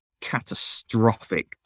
catastrophic